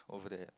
over there